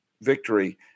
victory